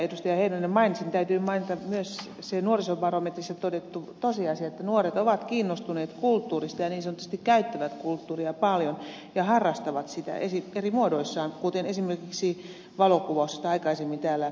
heinonen mainitsi täytyy mainita myös se nuorisobarometrissä todettu tosiasia että nuoret ovat kiinnostuneet kulttuurista ja niin sanotusti käyttävät kulttuuria paljon ja harrastavat sitä eri muodoissaan kuten esimerkiksi valokuvausta josta aikaisemmin täällä oli puhetta